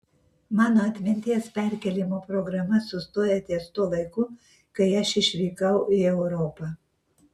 mano atminties perkėlimo programa sustoja ties tuo laiku kai aš išvykau į europą